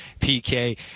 PK